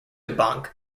bank